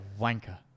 wanker